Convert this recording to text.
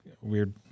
weird